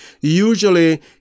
usually